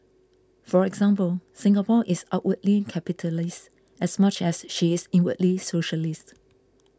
for example Singapore is outwardly capitalist as much as she is inwardly socialist